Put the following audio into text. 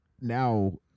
now